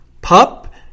pup